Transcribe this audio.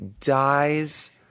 dies